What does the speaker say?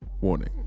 Warning